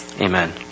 Amen